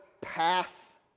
path